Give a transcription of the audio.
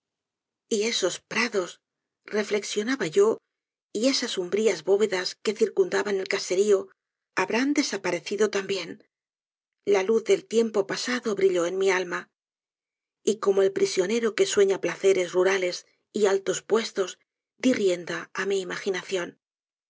y esos prados reflexionaba yo y esas umbrías bóvedas que circundaban el caserío habrán desaparecido también la luz del tiempo pasado brilló en mi alma y como el prisionero que sueña placeres rurales y altos puestos di rienda á mi imaginación